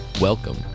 Welcome